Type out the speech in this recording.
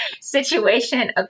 situation